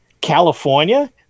California